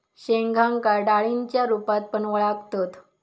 शेंगांका डाळींच्या रूपात पण वळाखतत